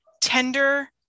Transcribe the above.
tender